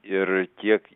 ir kiek